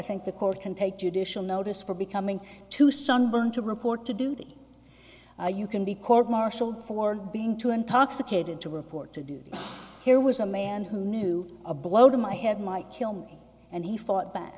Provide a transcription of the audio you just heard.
think the court can take judicial notice for becoming too sunburnt to report to duty or you can be court martialed for being too intoxicated to report to duty here was a man who knew a blow to my head might kill me and he fought back